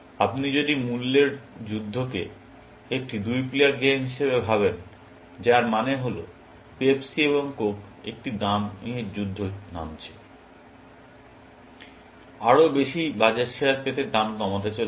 আপনি যদি মূল্যের যুদ্ধকে একটি দুই প্লেয়ার গেম হিসাবে ভাবেন যার মানে হল পেপসি এবং কোক একটি দাম যুদ্ধে নামছে আরও বেশি বাজার শেয়ার পেতে দাম কমাতে চলেছে